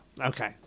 Okay